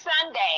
Sunday